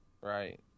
Right